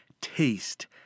taste